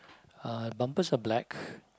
uh bumpers are black